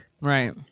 Right